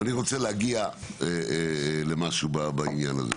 ואני רוצה להגיע למשהו בעניין הזה.